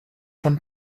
von